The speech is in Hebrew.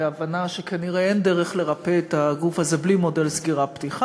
בהבנה שכנראה אין דרך לרפא את הגוף הזה בלי מודל סגירה-פתיחה,